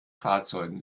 fahrzeugen